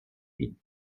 hin